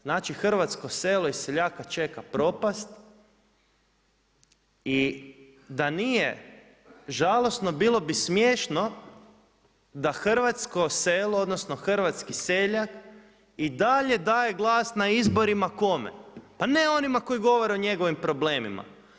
Znači hrvatsko selo i seljaka čeka propast i da nije žalosno bilo bi smiješno da hrvatsko selo odnosno hrvatski seljak i dalje daje glas na izborima kome, pa ne onima koji govore o njegovim problemima.